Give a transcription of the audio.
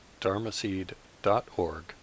dharmaseed.org